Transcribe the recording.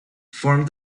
formed